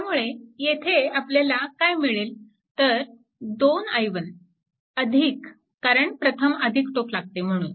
त्यामुळे येथे आपल्याला काय मिळेल तर 2 i1 कारण प्रथम टोक लागते म्हणून